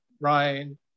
Ryan